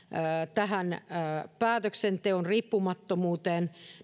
päätöksenteon riippumattomuuteen